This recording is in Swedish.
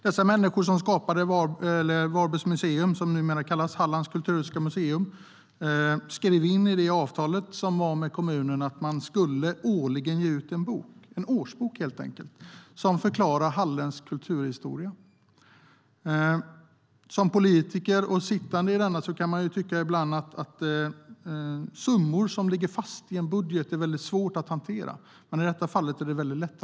De människor som skapade Varbergs museum, som numera kallas Hallands kulturhistoriska museum, skrev in i avtalet med kommunen att man årligen skulle ge ut en bok - en årsbok - som förklarar halländsk kulturhistoria. Som politiker kan man ibland tycka att det är väldigt svårt att hantera summor som ligger fast i en budget, men i detta fall är det väldigt lätt.